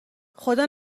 خدا